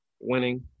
winning